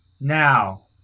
Now